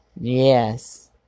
yes